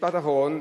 משפט אחרון.